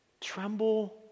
Tremble